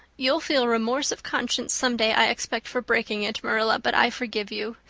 you'll feel remorse of conscience someday, i expect, for breaking it, marilla, but i forgive you.